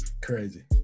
Crazy